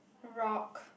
rock